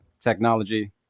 Technology